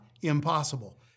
impossible